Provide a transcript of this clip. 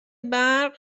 برق